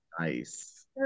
Nice